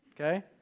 okay